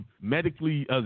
medically